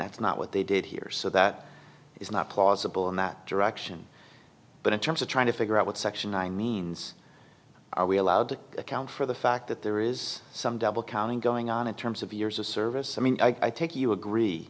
that's not what they did here so that is not plausible in that direction but in terms of trying to figure out what section nine means are we allowed to account for the fact that there is some double counting going on in terms of years of service i mean i take you agree